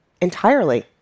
entirely